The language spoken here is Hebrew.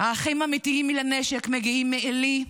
האחים האמיתיים לנשק מגיעים מעלי,